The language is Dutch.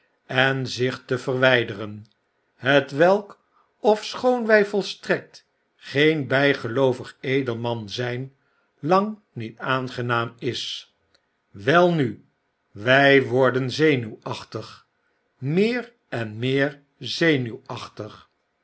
en zich te verwijderen hetwelk ofschoon wy volstrekt geen bygeloovig edelman zyn lang niet aangenaam is welnu wy worden zenuwacbtig meer en meer zenuwachtig